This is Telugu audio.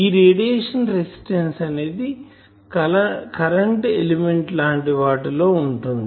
ఈ రేడియేషన్ రెసిస్టెన్సు అనేది కరెంటు ఎలిమెంట్ లాంటి వాటిలో ఉంటుంది